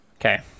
Okay